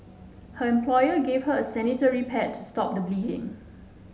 her employer gave her a sanitary pad to stop the bleeding